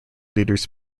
leaders